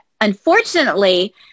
unfortunately